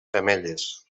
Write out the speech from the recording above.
femelles